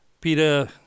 Peter